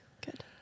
good